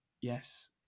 yes